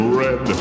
red